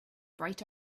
bright